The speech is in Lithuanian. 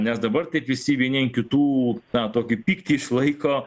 nes dabar taip visi vieni an kitų na tokį pyktis išlaiko